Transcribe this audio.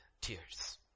tears